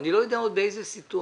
ואני עוד לא יודע באיזו סיטואציה.